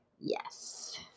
Yes